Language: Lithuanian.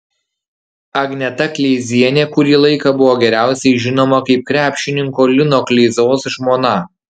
agneta kleizienė kurį laiką buvo geriausiai žinoma kaip krepšininko lino kleizos žmona